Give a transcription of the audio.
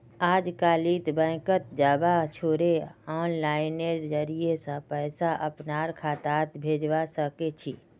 अजकालित बैंकत जबा छोरे आनलाइनेर जरिय स पैसा अपनार खातात भेजवा सके छी